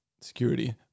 security